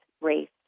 race